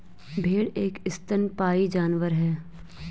भेड़ एक स्तनपायी जानवर है